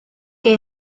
que